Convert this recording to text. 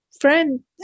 friend